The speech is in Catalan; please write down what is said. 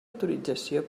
autorització